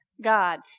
God